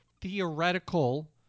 theoretical